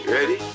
Ready